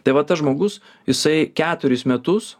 tai va tas žmogus jisai keturis metus